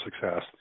success